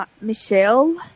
Michelle